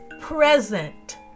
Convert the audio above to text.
present